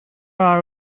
while